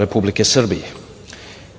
Republike Srbije. Imao